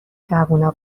جوونا